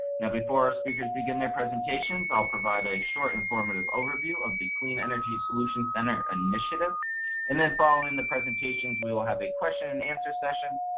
now before our speakers begin their presentations, i'll provide a short informative overview of the clean energy solutions initiative and then following the presentations, we will have a question and answer session,